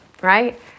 right